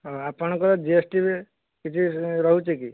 ହଁ ଆପଣଙ୍କ ଜିଏସଟିରେ କିଛି ରହୁଛି କି